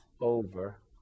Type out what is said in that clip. over